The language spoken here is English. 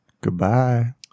Goodbye